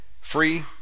Free